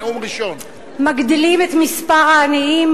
מגדילים את מספר העניים,